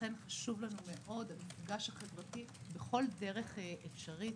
ולכן חשוב לנו מאוד המפגש החברתי בכל דרך אפשרית,